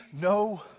no